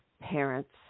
parents